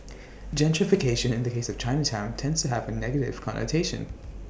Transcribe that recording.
gentrification in the case of Chinatown tends to have A negative connotation